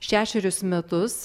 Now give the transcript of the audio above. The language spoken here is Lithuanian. šešerius metus